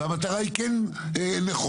והמטרה היא כן נכונה.